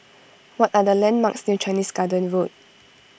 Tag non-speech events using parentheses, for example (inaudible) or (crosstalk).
(noise) what are the landmarks near Chinese Garden Road